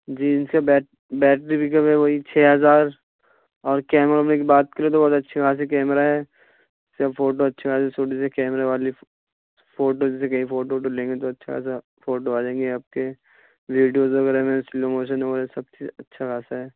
جی ان سے battery backup ہے وہی چھ ہزار اور کیمرے ویمرے کی بات کرے تو بہت اچھی خاصی کیمرہ ہے اس کا فوٹو اچھے خاصے اس فوٹو سے کیمرہ والے فوٹو سے کہیں فوٹو ووٹو لیں گے تو اچھا خاصہ فوٹو آ جائیں گے آپ کے ویڈیوز وغیرہ میں سلو موشن وغیرہ سب چیز اچھا خاصہ ہے